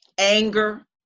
Anger